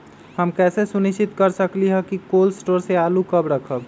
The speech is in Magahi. हम कैसे सुनिश्चित कर सकली ह कि कोल शटोर से आलू कब रखब?